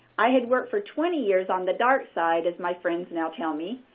i had worked for twenty years on the dark side, as my friends now tell me,